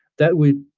that would